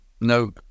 no